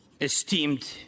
esteemed